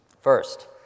First